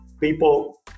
people